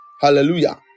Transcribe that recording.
Hallelujah